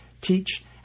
teach